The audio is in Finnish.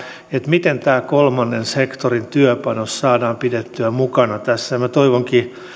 miten tämä kolmannen sektorin työpanos saadaan pidettyä mukana tässä minä toivonkin